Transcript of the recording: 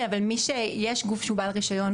כן אבל יש גוף שהוא בעל רישיון,